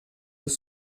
eux